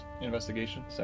Investigation